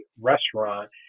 restaurant